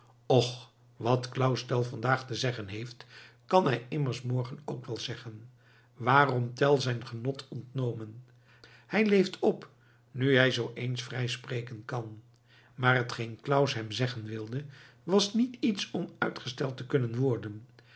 och wat claus tell vandaag te zeggen heeft kan hij immers morgen ook wel zeggen waarom tell zijn genot ontnomen hij leeft op nu hij zoo eens vrij spreken kan maar hetgeen claus hem zeggen wilde was niet iets om uitgesteld te kunnen worden